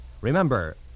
Remember